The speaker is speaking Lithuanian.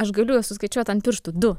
aš galiu suskaičiuot ant pirštų du